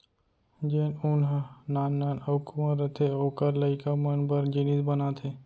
जेन ऊन ह नान नान अउ कुंवर रथे ओकर लइका मन बर जिनिस बनाथे